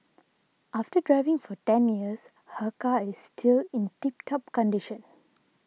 after driving for ten years her car is still in tip top condition